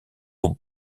aux